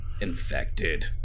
infected